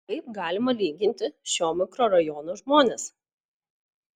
kaip galima lyginti šio mikrorajono žmones